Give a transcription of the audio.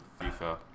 FIFA